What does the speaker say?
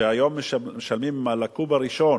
שהיום משלמים על הקוב הראשון,